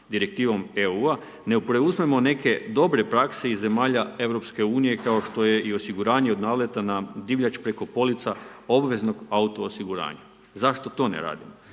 direktivom EU-u ne preuzmemo neke dobre prakse iz zemalja Europske unije kao što je i osiguranje od naleta na divljač preko polica obveznog auto osiguranja, zašto to ne radimo,